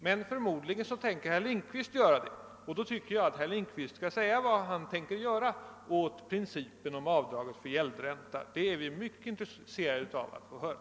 Men förmodligen tänker herr Lindkvist göra något åt det, och då tycker jag att herr Lindkvist skall säga vad han ämnar göra. Det är vi mycket intresserade av att få höra.